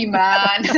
man